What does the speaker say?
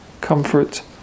comfort